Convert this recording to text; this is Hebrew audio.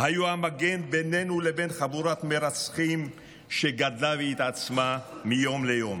היו המגן בינינו לבין חבורת מרצחים שגדלה והתעצמה מיום ליום.